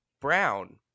Brown